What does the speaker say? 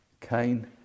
cain